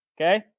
Okay